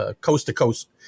coast-to-coast